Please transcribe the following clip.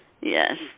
Yes